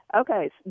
Okay